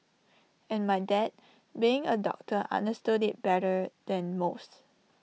and my dad being A doctor understood IT better than most